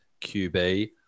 QB